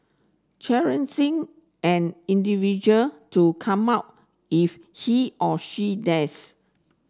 challenging an individual to come out if he or she dares